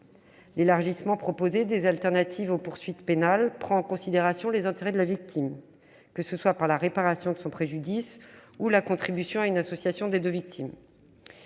L'élargissement proposé des alternatives aux poursuites pénales prend en considération les intérêts de la victime, que ce soit par la réparation de son préjudice ou par la contribution de l'auteur de l'infraction